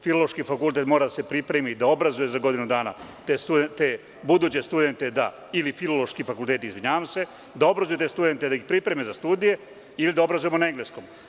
Filološki fakultet mora da se pripremi, da obrazuje za godinu dana te buduće studente da da, ili Filološki fakultet da obrazuje te studente, da ih pripreme za studije ili da obrazujemo na engleskom.